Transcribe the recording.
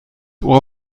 ohr